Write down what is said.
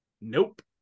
Nope